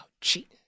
cheating